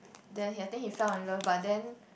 then I think he fell in love but then